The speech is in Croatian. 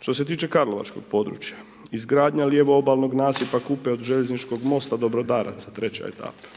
što se tiče karlovačkog područja izgradnja lijevo obalnog nasipa Kupe od željezničkog mosta do Brodaraca treća etapa,